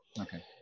Okay